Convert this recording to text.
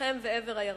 שכם ועבר-הירדן,